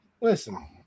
listen